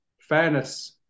fairness